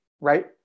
right